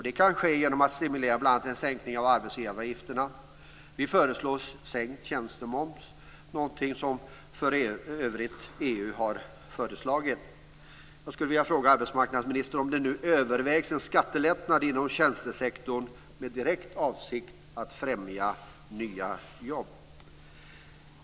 Det kan ske bl.a. genom att man stimulerar en sänkning av arbetsgivaravgifterna. Vi föreslår sänkt tjänstemoms - någonting som EU för övrigt har föreslagit.